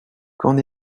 qu’en